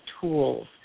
tools